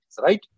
right